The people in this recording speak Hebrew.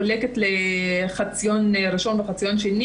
מחולקת לחציון ראשון וחציון שני.